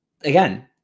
again